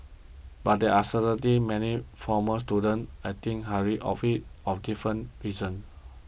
but there are certainly many former students I think highly of of different reasons